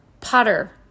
potter